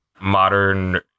modern